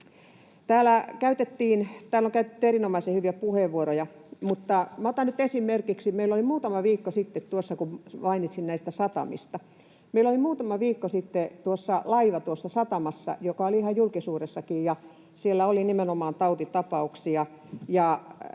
Täällä on käytetty erinomaisen hyviä puheenvuoroja. Minä otan nyt esimerkiksi sen — kun mainitsin näistä satamista — että meillä oli muutama viikko sitten laiva tuossa satamassa. Se oli ihan julkisuudessakin, siellä oli nimenomaan tautitapauksia.